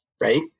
right